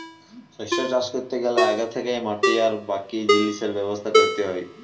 শস্য চাষ ক্যরতে গ্যালে আগে থ্যাকেই মাটি আর বাকি জিলিসের ব্যবস্থা ক্যরতে হ্যয়